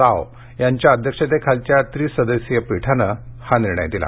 राव यांच्या अध्यक्षतेखालच्या त्रिसदस्यीय पिठानं हा निर्णय दिला